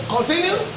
Continue